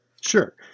sure